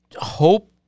hope